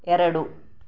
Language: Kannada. ಎರಡು